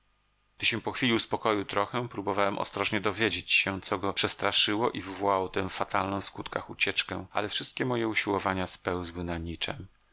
gdy się po chwili uspokoił trochę spróbowałem ostrożnie dowiedzieć się co go przestraszyło i wywołało tę fatalną w skutkach ucieczkę ale wszystkie moje usiłowania spełzły na niczem